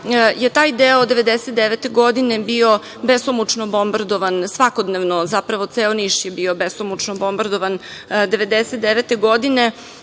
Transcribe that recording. je taj deo 1999. godine bio besomučno bombardovan svakodnevno. Zapravo ceo Niš je bio besomučno bombardovan 1999. godine.